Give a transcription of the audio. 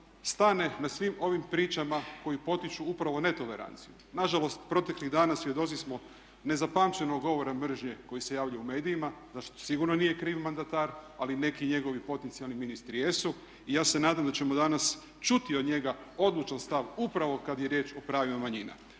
stane na svim ovim pričama koje potiču upravo netoleranciju. Nažalost, proteklih dana svjedoci smo nezapamćenog govora mržnje koji se javlja u medijima za što sigurno nije kriv mandatar ali neki njegovi potencijalni ministri jesu. Ja se nadam da ćemo danas čuti od njega odlučan stav upravo kad je riječ o pravima manjina.